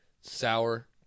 sour